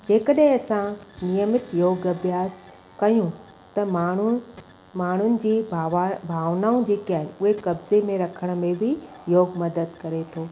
जेकॾहिं असां नियमित योग अभ्यास कयूं त माण्हू माण्हुनि जी भावना भावनाऊं जेके आहिनि उहा कब्ज़े में रखण में बि योग मदद करे थो